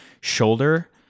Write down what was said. shoulder